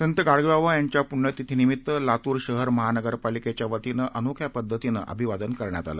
संतगाडगेबाबायांच्यापुण्यतिथीनिमित्तलातूरशहरमहानगरपालिकेच्यावतीनेअनोख्यापद्वतीनेअभिवादनकरण्यातआलं